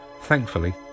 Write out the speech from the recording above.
Thankfully